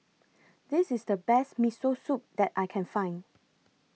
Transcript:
This IS The Best Miso Soup that I Can Find